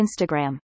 Instagram